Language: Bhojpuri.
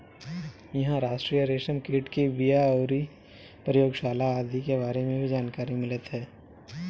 इहां राष्ट्रीय रेशम कीट के बिया अउरी प्रयोगशाला आदि के बारे में भी जानकारी मिलत ह